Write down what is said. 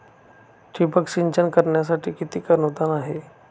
ठिबक सिंचन करण्यासाठी किती अनुदान आहे?